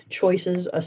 Choices